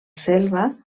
selva